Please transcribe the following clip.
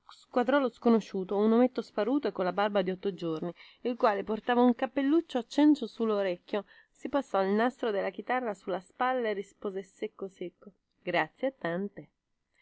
squadrò lo sconosciuto un ometto sparuto e colla barba di otto giorni il quale portava un cappelluccio a cencio sullorecchio si passò il nastro della chitarra sulla spalla e rispose secco secco grazie tante